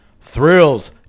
thrills